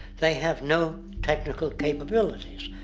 they have no technical capabilities.